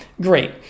great